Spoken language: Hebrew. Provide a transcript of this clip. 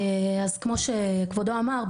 אז כמו שכבודו אמר,